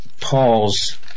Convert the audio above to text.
Paul's